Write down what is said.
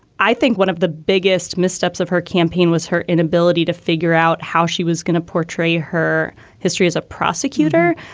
i think one of the biggest missteps of her campaign was her inability to figure out how she was going to portray her history as a prosecutor.